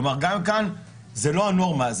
כלומר, גם כאן זה לא הנורמה.